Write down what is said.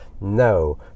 no